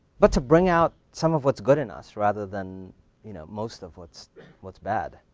but to bring out some of what's good in us, rather than you know most of what's what's bad?